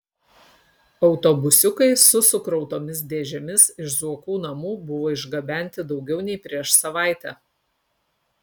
autobusiukai su sukrautomis dėžėmis iš zuokų namų buvo išgabenti daugiau nei prieš savaitę